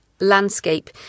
landscape